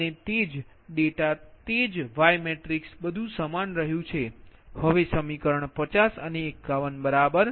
અને તે જ ડેટા તે જ Y મેટ્રિક્સ બધું સમાન રહ્યું છે હવે સમીકરણ 50 અને 51બરાબર